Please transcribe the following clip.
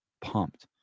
Pumped